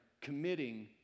committing